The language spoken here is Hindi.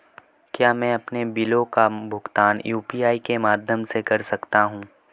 क्या मैं अपने बिलों का भुगतान यू.पी.आई के माध्यम से कर सकता हूँ?